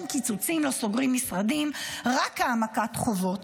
אין קיצוצים, לא סוגרים משרדים, רק העמקת חובות.